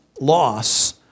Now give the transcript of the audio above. loss